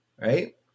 right